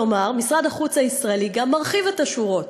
כלומר, משרד החוץ הישראלי גם מרחיב את השורות.